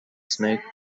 snake